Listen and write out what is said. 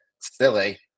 silly